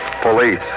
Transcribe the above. Police